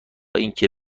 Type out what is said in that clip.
اینکه